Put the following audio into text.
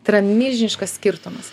tai yra milžiniškas skirtumas